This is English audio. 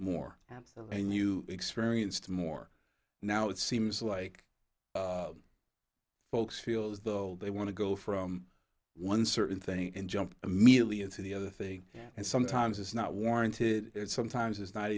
more and you experienced more now it seems like folks feel as though they want to go from one certain thing and jump immediately into the other thing and sometimes it's not warranted sometimes it's not